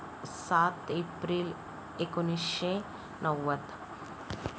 सात एप्रिल एकोणीसशे नव्वद